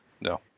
No